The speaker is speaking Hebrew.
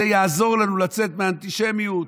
זה יעזור לנו לצאת מהאנטישמיות.